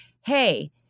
hey